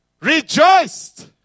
rejoiced